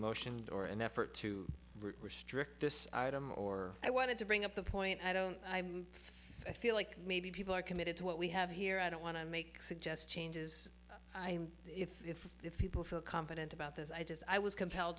motion or an effort to restrict this item or i wanted to bring up the point i don't feel i feel like maybe people are committed to what we have here i don't want to make suggest changes i if if if people feel confident about this i just i was